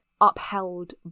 upheld